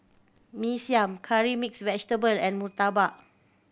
Mee Siam Curry Mixed Vegetable and murtabak